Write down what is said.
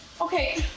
Okay